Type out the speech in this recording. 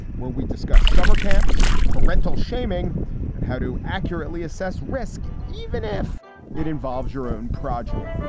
where we discuss summer camps, parental shaming and how to accurately assess risk, even if it involves your own project